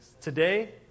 Today